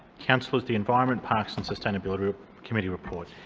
councillors, the environment, parks and sustainability committee report.